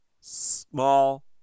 Small